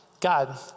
God